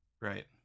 right